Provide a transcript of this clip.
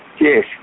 Yes